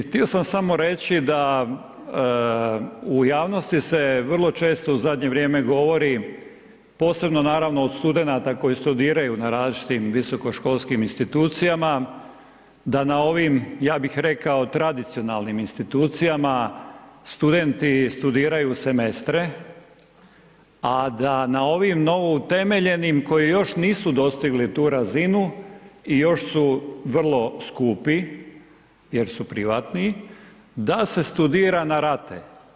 Htio sam samo reći da u javnosti se vrlo često u zadnje vrijeme govori posebno naravno od studenata koji studiraju na različitim visokoškolskim institucijama da na ovim ja bih rekao tradicionalnim institucijama studenti studiraju semestre, a da na ovim novoutemeljenim koji još nisu dostigli tu razinu i još su vrlo skupi jer su privatni da se studira na rate.